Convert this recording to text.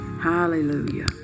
Hallelujah